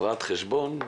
רואת חשבון,